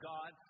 God